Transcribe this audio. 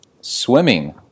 swimming